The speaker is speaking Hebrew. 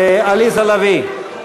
עליזה לביא.